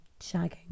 shagging